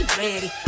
ready